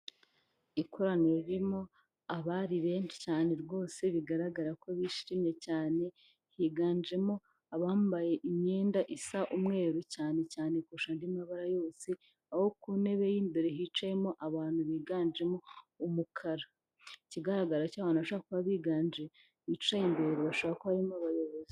Ikoraniro ririmo abari benshi cyane rwose bigaragara ko bishimye cyane higanjemo abambaye imyenda isa umweru cyane cyane kurusha andi mabara yose aho ku ntebe y'imbere hicayemo abantu biganjemo umukara. Ikigaragara cyo abantu bashobora kuba biganje bicaye imbere bashobora kuba harimo abayobozi.